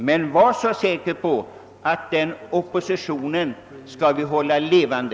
Men var säker på att vi skall hålla oppositionen levande!